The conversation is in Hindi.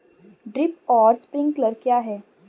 ड्रिप और स्प्रिंकलर क्या हैं?